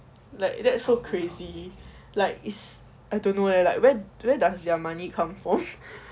like that so crazy like is I don't know leh like where where does their money come from